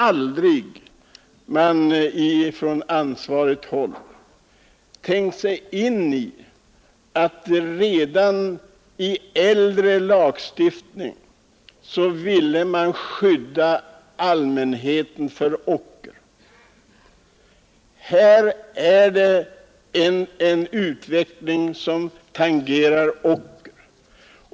Men har man aldrig på ansvarigt håll tänkt på att redan den äldre lagstiftningen syftade till att söka skydda allmänheten mot ocker? Här är det en utveckling på gång som tangerar ocker.